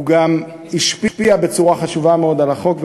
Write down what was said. הוא גם השפיע בצורה חשובה מאוד על החוק,